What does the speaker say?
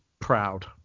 proud